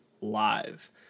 live